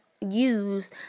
use